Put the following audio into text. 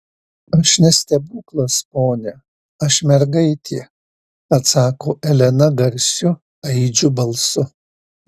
aš ne stebuklas pone aš mergaitė atsako elena garsiu aidžiu balsu